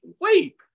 wait